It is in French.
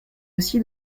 aussi